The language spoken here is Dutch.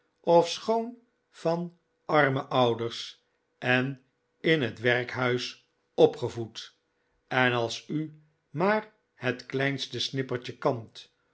ofschoon van arme ouders en in het werkhuis opgevoed en als u maar het kleinste snippertje kant